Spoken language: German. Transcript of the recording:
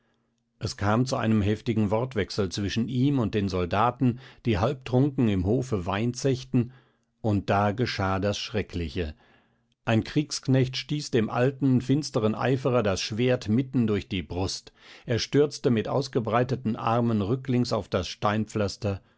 es kam zu einem heftigen wortwechsel zwischen ihm und den soldaten die halbtrunken im hofe wein zechten und da geschah das schreckliche ein kriegsknecht stieß dem alten finsteren eiferer das schwert mitten durch die brust er stürzte mit ausgebreiteten armen rücklings auf das